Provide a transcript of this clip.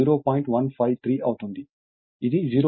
కాబట్టి ఇది 0